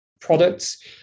products